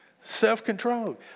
Self-control